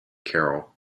carroll